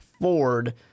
Ford